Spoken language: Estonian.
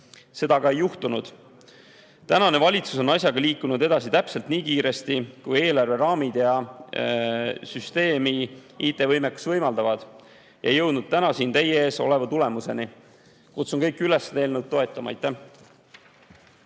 Seda aga ei juhtunud. Tänane valitsus on asjaga liikunud edasi täpselt nii kiiresti, kui eelarveraamid ja süsteemi IT‑võimekus võimaldavad, ja jõudnud täna siin teie ees oleva tulemuseni. Kutsun kõiki üles seda eelnõu toetama. Aitäh!